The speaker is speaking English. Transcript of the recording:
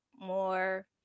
more